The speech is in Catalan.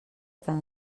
tan